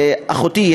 אחותי,